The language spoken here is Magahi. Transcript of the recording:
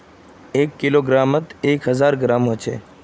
एक किलोग्रमोत एक हजार ग्राम होचे